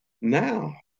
now